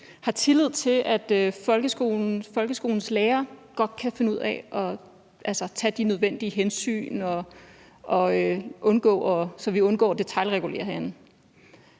har tillid til, at folkeskolens lærere godt kan finde ud af at tage de nødvendige hensyn, så vi undgår at detailregulere herinde;